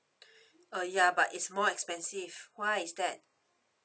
uh ya but it's more expensive why is that